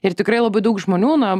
ir tikrai labai daug žmonių na